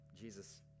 Jesus